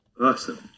awesome